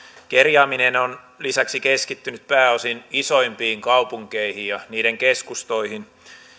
kerjääminen on lisäksi keskittynyt pääosin isoimpiin kaupunkeihin ja niiden keskustoihin